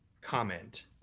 comment